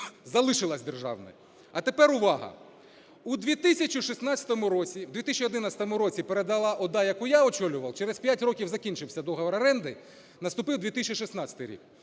залишилася державною. А тепер увага, у 2016 році, у 2011 році передала ОДА, яку я очолював, через 5 років закінчився договір оренди, наступив 2016 рік.